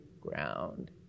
ground